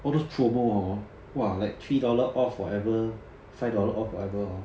all those promo~ hor !wah! like three dollar off whatever five dollar off whatever hor